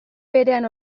berean